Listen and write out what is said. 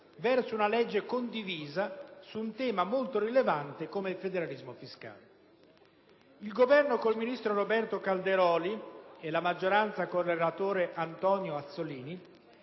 verso una legge condivisa su di un tema molto rilevante come il federalismo fiscale. Il Governo, con il ministro Roberto Calderoli, e la maggioranza, con il relatore Antonio Azzollini,